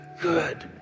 good